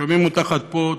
שומעים אותך עד פה,